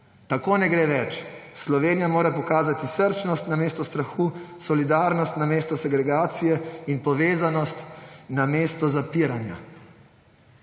Tako ne gre več. Slovenija mora pokazati srčnost namesto strahu, solidarnost namesto segregacije in povezanost namesto zapiranja.